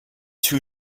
two